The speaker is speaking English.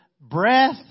breath